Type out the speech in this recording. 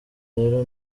rero